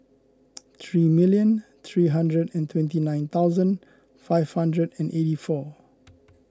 three million three hundred and twenty nine thousand five hundred and eighty four